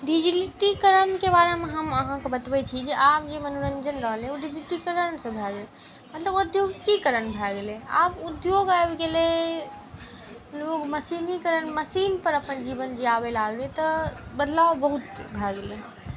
डिजिटीकरणके बारेमे हम अहाँके बतबै छी जे आब जे मनोरञ्जन रहलै ओ डिजिटीकरणसँ भेलै मतलब औद्योगीकरण भऽ गेलै आब उद्योग आबि गेलै लोक मशीनीकरण मशीनपर अपन जीवन जिआबै लागलै तऽ बदलाव बहुत भऽ गेलै